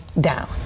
down